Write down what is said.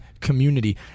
Community